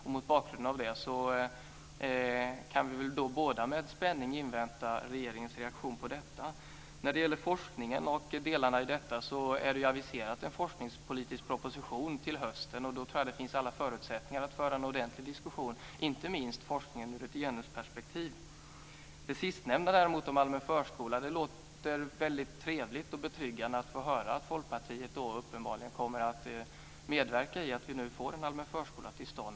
Och mot bakgrund av det kan vi väl båda med spänning invänta regeringens reaktion på detta. När det gäller forskningen och delarna i detta är en forskningspolitisk proposition aviserad till hösten. Då tror jag att det finns alla förutsättningar att föra en ordentlig diskussion, inte minst om forskningen ur ett genusperspektiv. Beträffande det sistnämnda däremot, om allmän förskola, låter det väldigt trevligt och betryggande att få höra att Folkpartiet uppenbarligen kommer att medverka i att vi nu får en allmän förskola till stånd.